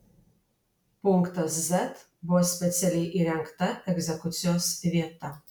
punktas z buvo specialiai įrengta egzekucijos vieta